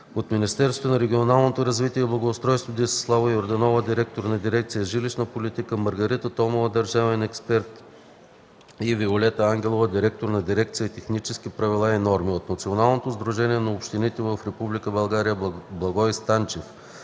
от Министерството на регионалното развитие и благоустройството – Десислава Йорданова, директор на дирекция „Жилищна политика“, Маргарита Томова, държавен експерт, и Виолета Ангелова, директор на дирекция „Технически правила и норми“; от Националното сдружение на общините в Република България – Благой Станчев,